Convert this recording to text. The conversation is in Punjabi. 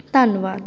ਧੰਨਵਾਦ